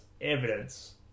evidence